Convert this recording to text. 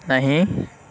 نہیں